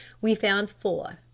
we found four,